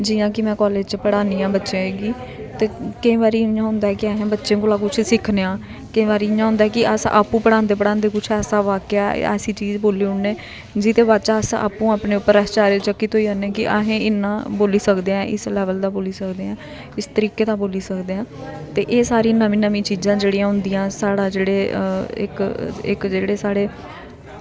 जि'यां कि में कॉलेज च पढ़ानी आं बच्चें गी केईं बारी इ'यां होंदा ऐ कि असें बच्चें कोला दा कुछ सिक्खने आं केईं बारी इ'यां होंदा कि अस आपूं पढ़ांदे पढ़ांदे कुछ ऐसा वाक्य जां ऐसी चीज़ बोली ओड़ने जेह्दे बाद च अस आपूं अपने पर आश्चार्यचकित होई जन्ने कि असें इ'यां बोली सकदे आं इस लेवल दा बोली सकदे आं इस तरीके दा बोली सकदे हां ते एह् सारी नमीं नमीं चीज़ां जेह्ड़ियां होंदियां साढ़ा जेह्ड़े इक जेह्ड़े साढ़े